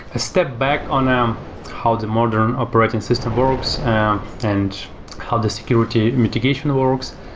ah step back on um how the modern operating system works and how the security mitigation works.